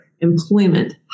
employment